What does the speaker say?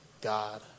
God